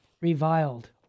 reviled